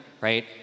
right